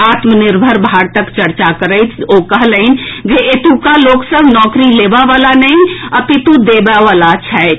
आत्मनिर्भर भारतक चर्चा करैत ओ कहलनि जे एतुका लोक सभ नौकरी लेबय वला नहि अपितु देबय वला होयताह